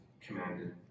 commanded